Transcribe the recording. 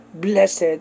Blessed